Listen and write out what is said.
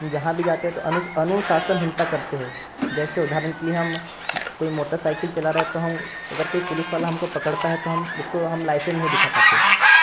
जहाँ भी जाते हैं तो अनु अनुशासनहीनता करते हैं जैसे उदाहरण के लिए हम कोई मोटर साइकिल चला रहा है तो हम अगर कोई पुलिस वाला हमको पकड़ता है तो हम उसको हम लाइसेंस नहीं दिखा पाते